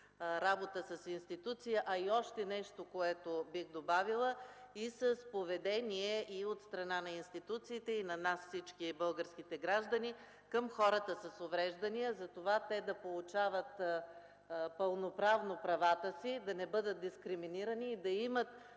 работа с институции и още нещо, което бих добавила – с поведение от страна на институциите, и на всички нас българските граждани към хората с увреждания, за това те да получават пълноправно правата си, да не бъдат дискриминирани и да имат